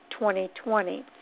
2020